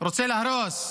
רוצה להרוס.